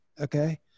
okay